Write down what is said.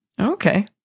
Okay